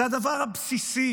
זה הדבר הבסיסי,